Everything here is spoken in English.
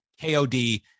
KOD